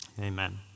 Amen